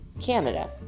Canada